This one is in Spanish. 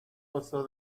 gozó